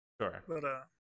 Sure